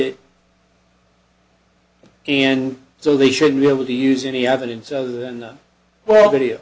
it and so they should be able to use any evidence other than the well video